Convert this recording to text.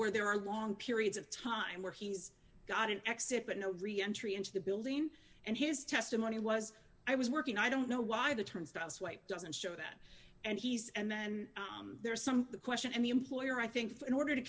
where there are long periods of time where he's got an exit but no re entry into the building and his testimony was i was working i don't know why the turnstiles swipe doesn't show that and he's and then there's some question and the employer i think in order to